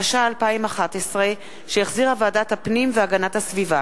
התשע"א 2011, שהחזירה ועדת הפנים והגנת הסביבה,